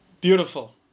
Beautiful